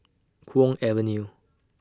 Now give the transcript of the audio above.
Kwong Avenue